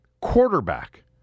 Quarterback